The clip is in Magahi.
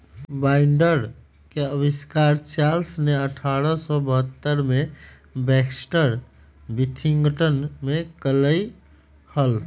बाइंडर के आविष्कार चार्ल्स ने अठारह सौ बहत्तर में बैक्सटर विथिंगटन में कइले हल